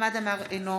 חמד עמאר, אינו